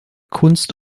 kunst